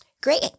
Great